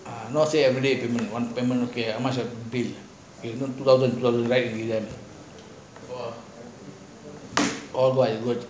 not say everyday with the one payment okay how much